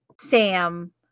Sam